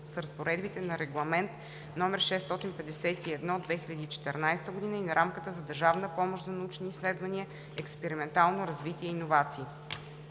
с разпоредбите на Регламент (ЕС) № 651/2014 и на Рамката за държавна помощ за научни изследвания, експериментално развитие и иновации.